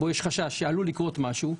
בו יש חשש שעלול לקרות משהו,